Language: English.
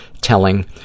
telling